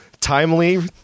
timely